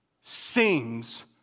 sings